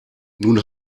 nun